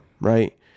right